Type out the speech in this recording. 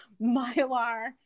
mylar